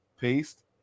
paste